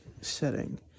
setting